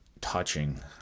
touching